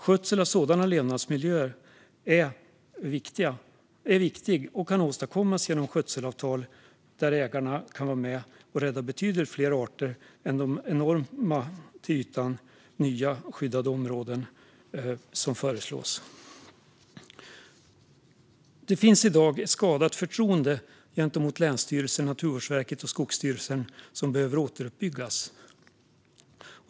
Skötsel av sådana levnadsmiljöer är viktig och kan åstadkommas genom skötselavtal med ägarna som kan vara med och rädda betydligt fler arter än vad de till ytan enorma skyddade områden som föreslås kan göra. Det finns i dag ett skadat förtroende gentemot länsstyrelser, Naturvårdsverket och Skogsstyrelsen som behöver återuppbyggas.